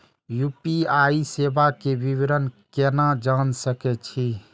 UPI सेवा के विवरण केना जान सके छी?